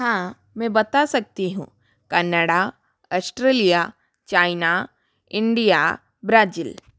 हाँ मैं बता सकती हूँ Canada Australia China India Brazil